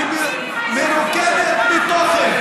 היא מרוקנת מתוכן,